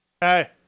Hey